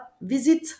visit